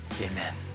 Amen